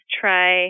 try